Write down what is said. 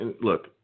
look